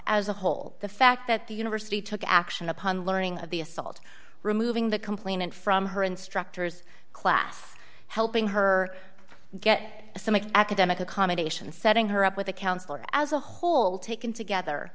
a whole the fact that the university took action upon learning of the assault removing the complainant from her instructor's class helping her get some academic accommodation setting her up with a counselor as a whole taken together